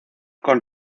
con